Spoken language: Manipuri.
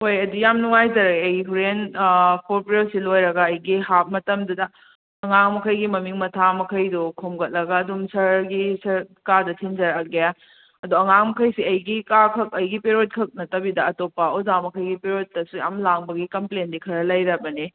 ꯍꯣꯏ ꯑꯗꯨ ꯑꯩ ꯌꯥꯝ ꯅꯨꯡꯉꯥꯏꯖꯔꯦ ꯑꯩ ꯍꯣꯔꯦꯟ ꯐꯣꯔ ꯄꯦꯔꯠꯁꯦ ꯂꯣꯏꯔꯒ ꯑꯩꯒꯤ ꯍꯥꯞ ꯃꯇꯝꯗꯨꯗ ꯑꯉꯥꯡ ꯃꯈꯩꯒꯤ ꯃꯃꯤꯡ ꯃꯊꯥ ꯃꯈꯩꯗꯣ ꯈꯣꯝꯒꯠꯂꯒ ꯑꯗꯨꯝ ꯁꯥꯔꯒꯤ ꯁꯥꯔ ꯀꯥꯗ ꯊꯤꯟꯖꯔꯛꯑꯒꯦ ꯑꯗꯣ ꯑꯉꯥꯡꯃꯈꯩꯁꯦ ꯑꯩꯒꯤ ꯀꯥ ꯈꯛ ꯑꯩꯒꯤ ꯄꯦꯔꯠꯈꯛ ꯅꯠꯇꯕꯤꯗ ꯑꯇꯣꯞꯄ ꯑꯣꯖꯥ ꯃꯈꯩꯒꯤ ꯄꯦꯔꯠꯇꯁꯨ ꯌꯥꯝ ꯂꯥꯡꯕꯒꯤ ꯀꯝꯄ꯭ꯂꯦꯟꯗꯤ ꯈꯔ ꯂꯩꯔꯕꯅꯦ